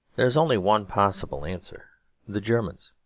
there is only one possible answer the germans.